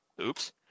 oops